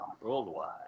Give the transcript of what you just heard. Worldwide